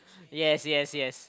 yes yes yes